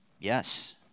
Yes